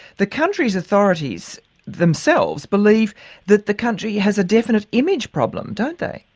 the country's authorities themselves believe that the country has a definite image problem, don't they?